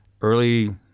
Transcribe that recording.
early